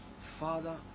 Father